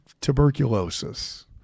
tuberculosis